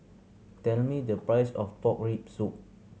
tell me the price of pork rib soup